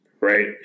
Right